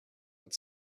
but